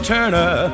Turner